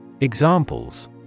Examples